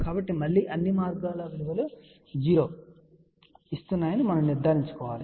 కాబట్టి మళ్ళీ ఈ మార్గాలు 0 విలువ ఇస్తున్నాయని నిర్ధారించుకోవాలి